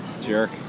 Jerk